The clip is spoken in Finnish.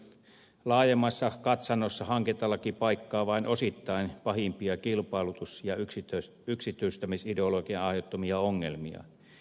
laajemmassa katsannossa hankintalaki paikkaa vain osittain pahimpia kilpailutus ja yksityistämisideologian aiheuttamia ongelmia